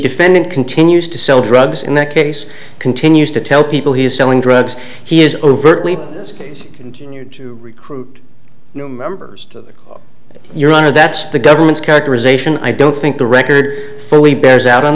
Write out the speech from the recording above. defendant continues to sell drugs in that case continues to tell people he's selling drugs he is overtly continue to recruit new members to your honor that's the government's characterization i don't think the record fully bears out on